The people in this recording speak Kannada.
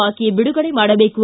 ಬಾಕಿ ಬಿಡುಗಡೆ ಮಾಡಬೇಕು